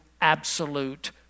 absolute